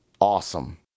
awesome